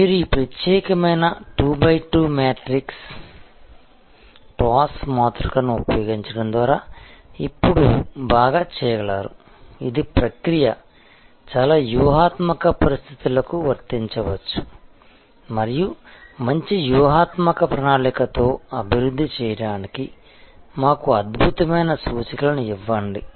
మీరు ఈ ప్రత్యేకమైన 2 బై 2 మ్యాట్రిక్స్ TOWS మాతృకను ఉపయోగించడం ద్వారా ఇప్పుడు బాగా చేయగలరు ఇది ప్రక్రియ చాలా వ్యూహాత్మక పరిస్థితులకు వర్తించవచ్చు మరియు మంచి వ్యూహాత్మక ప్రణాళిక తో అభివృద్ధి చేయడానికి మాకు అద్భుతమైన సూచికలను ఇవ్వండి